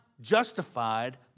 justified